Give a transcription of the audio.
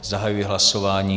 Zahajuji hlasování.